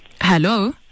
Hello